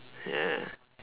ya